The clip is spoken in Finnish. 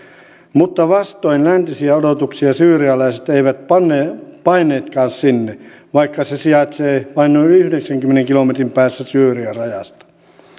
mutta vastoin läntisiä odotuksia syyrialaiset eivät paenneetkaan paenneetkaan sinne vaikka se sijaitsee vain noin yhdeksänkymmenen kilometrin päässä syyrian rajasta